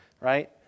right